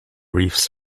reefs